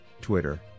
Twitter